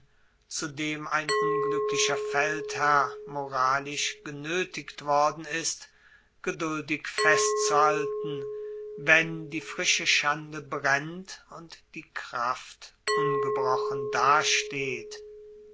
dem ein ungluecklicher feldherr moralisch genoetigt worden ist geduldig festzuhalten wenn die frische schande brennt und die kraft ungebrochen dasteht